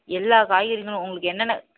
எல்லா காய்கறிகளும் உங்களுக்கு என்னென்ன